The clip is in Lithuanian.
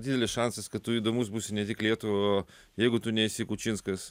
didelis šansas kad tu įdomus būsi ne tik lietuvai o jeigu tu nesi kučinskas